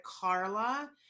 Carla